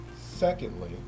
Secondly